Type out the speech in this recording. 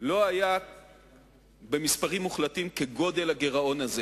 לא היה במספרים מוחלטים כגודל הגירעון הזה,